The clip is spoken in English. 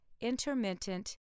intermittent